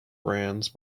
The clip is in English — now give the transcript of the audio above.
brands